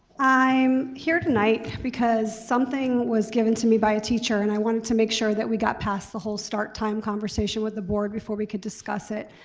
i'm here tonight because something was given to me by a teacher and i wanted to make sure that we got past the whole start time conversation with the board before we could discuss it.